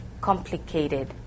complicated